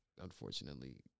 unfortunately